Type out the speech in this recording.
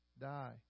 die